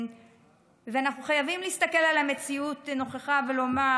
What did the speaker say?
ואנחנו חייבים להסתכל על המציאות נוכחה ולומר